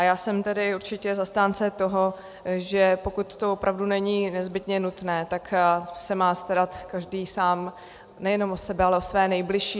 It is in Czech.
Já jsem tedy určitě zastáncem toho, že pokud to opravdu není nezbytně nutné, tak se má starat každý sám nejen o sebe, ale i o své nejbližší.